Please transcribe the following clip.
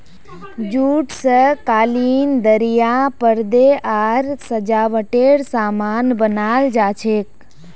jute स कालीन दरियाँ परदे आर सजावटेर सामान बनाल जा छेक